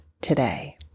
today